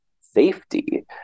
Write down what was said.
safety